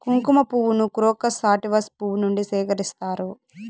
కుంకుమ పువ్వును crocus sativus పువ్వు నుండి సేకరిస్తారు